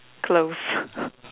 close